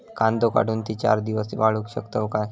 कांदो काढुन ती चार दिवस वाळऊ शकतव काय?